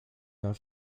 jahr